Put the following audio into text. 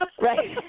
Right